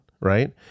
right